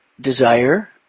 desire